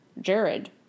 Jared